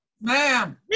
Ma'am